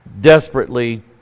desperately